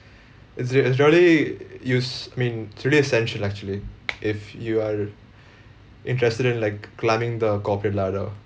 it's re~ it's really use I mean it's really essential actually if you are interested in like climbing the corporate ladder